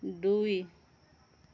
দুই